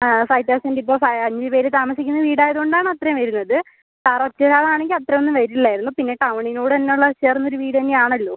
five thousand ഇപ്പോൾ അഞ്ച് പേര് താമസിക്കുന്ന വീട് ആയത് കൊണ്ട് ആണ് അത്രയും വരുന്നത് സാർ ഒറ്റ ഒരാൾ ആണെങ്കിൽ അത്ര ഒന്നും വരില്ലായിരുന്നു പിന്നെ ടൗണിനോട് തന്നെ ഉള്ള ചേർന്ന് ഒര് വീട് തന്നെ ആണല്ലോ